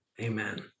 Amen